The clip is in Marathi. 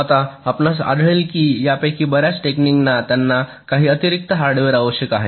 आता आपणास आढळेल की यापैकी बर्याच टेक्निकना त्यांना काही अतिरिक्त हार्डवेअर आवश्यक आहेत